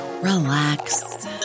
relax